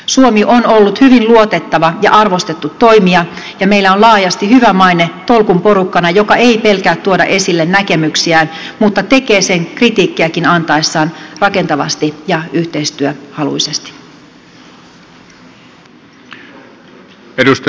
suomi on ollut hyvin luotettava ja arvostettu toimija ja meillä on laajasti hyvä maine tolkun porukkana joka ei pelkää tuoda esille näkemyksiään mutta tekee sen kritiikkiäkin antaessaan rakentavasti ja yhteistyöhaluisesti